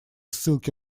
ссылки